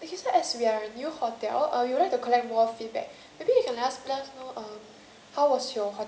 I see actually so as we are new hotel uh we'd like to collect more feedback maybe you can let let us know um